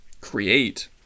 create